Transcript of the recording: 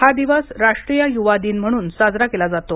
हा दिवस राष्ट्रीय युवा दिन म्हणून साजरा केला जातो